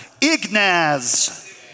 Ignaz